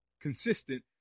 consistent